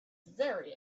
very